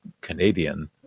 Canadian